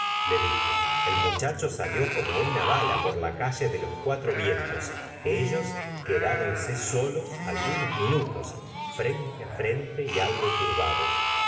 le dijo el muchacho salió como una bala por la calle de los cuatro vientos ellos quedáronse solos algunos minutos frente a frente y algo turbados